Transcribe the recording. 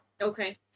Okay